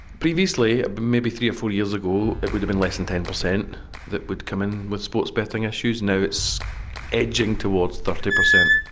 previously, maybe three or four years ago, it would have been less than ten percent that would come in with sports betting issues. now it's edging towards thirty percent.